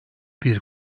bir